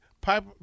pipe